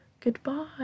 Goodbye